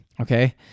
Okay